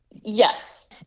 Yes